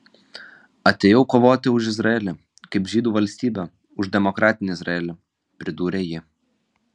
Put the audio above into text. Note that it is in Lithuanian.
atėjau kovoti už izraelį kaip žydų valstybę už demokratinį izraelį pridūrė ji